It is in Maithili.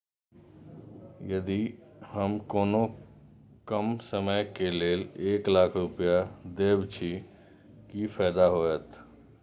यदि हम कोनो कम समय के लेल एक लाख रुपए देब छै कि फायदा होयत?